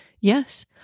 yes